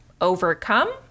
overcome